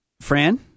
Fran